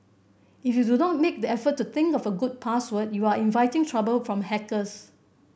if you do not make the effort to think of a good password you are inviting trouble from hackers